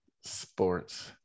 sports